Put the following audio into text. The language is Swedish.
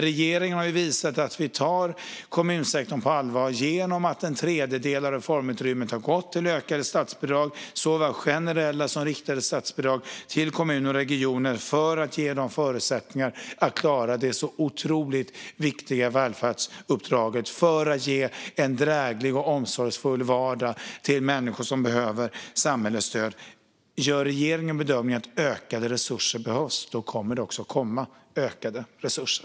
Regeringen har visat att den tar kommunsektorn på allvar genom att en tredjedel av reformutrymmet har gått till ökade statsbidrag, såväl generella som riktade, till kommuner och regioner för att ge dem förutsättningar att klara det så otroligt viktiga välfärdsuppdraget och ge en dräglig och omsorgsfylld vardag till människor som behöver samhällets stöd. Om regeringen gör bedömningen att det behövs ökade resurser kommer det också att komma ökade resurser.